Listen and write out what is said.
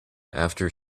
after